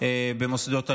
במוסדות הלימוד,